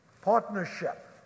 partnership